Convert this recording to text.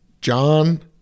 John